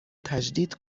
تجدید